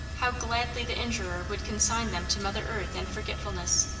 how gladly the injurer would consign them to mother earth and forgetfulness!